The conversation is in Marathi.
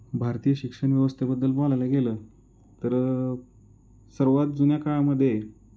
भारतीय शिक्षण व्यवस्थेबद्दल बोलायला गेलं तर सर्वात जुन्या काळामध्ये